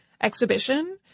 exhibition